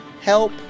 help